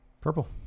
Purple